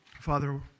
Father